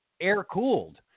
air-cooled